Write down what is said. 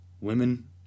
Women